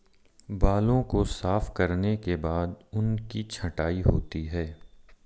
बालों को साफ करने के बाद उनकी छँटाई होती है